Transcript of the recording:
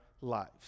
lives